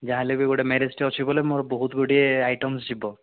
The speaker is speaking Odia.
ଯାହା ହେଲେ ବି ଗୋଟେ ମ୍ୟାରେଜ୍ଟେ ଅଛି ବୋଲେ ମୋର ବହୁତ ଗୁଡ଼ିଏ ଆଇଟମ୍ସ୍ ଯିବ